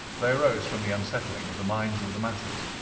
they arose from the unsettling of the minds of the masses,